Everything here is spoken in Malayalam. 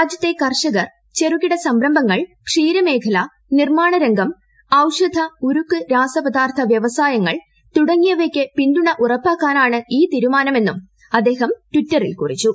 രാജ്യത്തെ കർഷകർ ചെറുകിട സംരംഭങ്ങൾ ക്ഷീര മേഖല നിർമ്മാണരംഗം ഔഷധ ഉരുക്ക് രാസപദാർത്ഥ വ്യവസായങ്ങൾ തുടങ്ങിയവയ്ക്ക് പിന്തുണ ഉറപ്പാക്കാനാണ് ഈ തീരുമാനമെന്നും അദ്ദേഹം ടിറ്ററിൽ കുറിച്ചു